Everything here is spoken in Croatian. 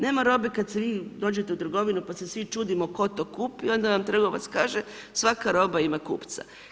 Nema robe kad vi dođete u trgovinu pa se svi čudimo tko tu kupi i onda nam trgovac kaže svaka roba ima kupca.